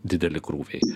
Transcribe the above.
dideli krūviai